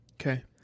Okay